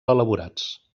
elaborats